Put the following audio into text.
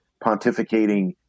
pontificating